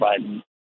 Biden